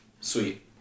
Sweet